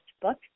book